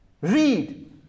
Read